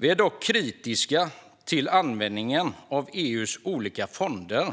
Vi är dock kritiska till användningen av EU:s olika fonder,